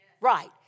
Right